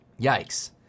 Yikes